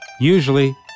Usually